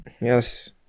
yes